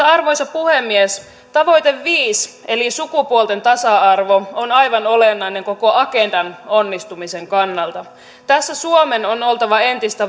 arvoisa puhemies tavoite viisi eli sukupuolten tasa arvo on aivan olennainen koko agendan onnistumisen kannalta tässä suomen on oltava entistä